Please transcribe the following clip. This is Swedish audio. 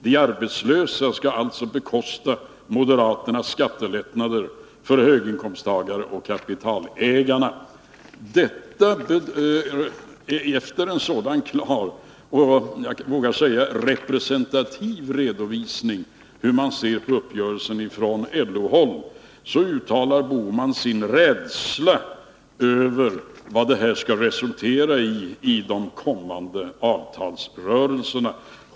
De arbetslösa ska alltså bekosta moderaternas skattelättnader för höginkomsttagarna och kapitalägarna.” Efter en sådan klar och — vågar jag säga — representativ redovisning av hur man ser på uppgörelsen på LO-håll uttalar Gösta Bohman sin rädsla för vad det här skall ge för resultat i de kommande avtalsrörelserna.